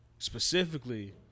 Specifically